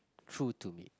true to it